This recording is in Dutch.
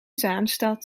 zaanstad